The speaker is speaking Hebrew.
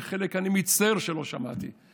וחלק אני מצטער שלא שמעתי,